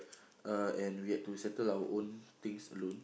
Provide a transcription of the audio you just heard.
uh and we had to settle our own things alone